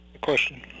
Question